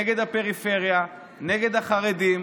נגד הפריפריה, נגד החרדים.